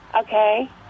Okay